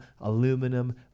aluminum